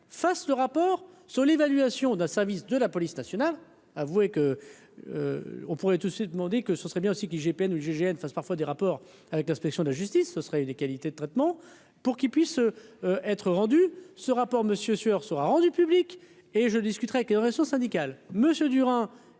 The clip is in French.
face le rapport sur l'évaluation. Service de la police nationale avoué que on pourrait tout de suite m'ont dit que ce serait bien aussi qui ou IGGN face parfois des rapports avec l'inspection de la justice, ce sera une qualité très. Bon pour qu'il puisse être rendu ce rapport monsieur Sueur sera rendu public et je discuterai avec une réunion syndicale,